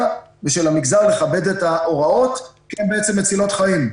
ושל המגזר לכבד את ההוראות כי הן בעצם מצילות חיים.